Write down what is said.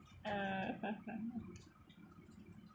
uh